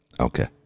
Okay